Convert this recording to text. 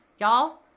Y'all